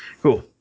Cool